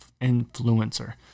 influencer